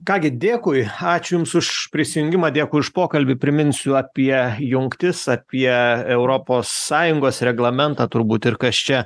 ką gi dėkui ačiū jums už prisijungimą dėkui už pokalbį priminsiu apie jungtis apie europos sąjungos reglamentą turbūt ir kas čia